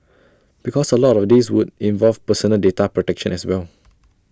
because A lot of this would involve personal data protection as well